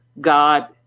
God